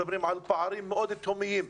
מדברים על פערים מאוד תהומיים.